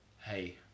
hey